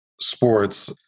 sports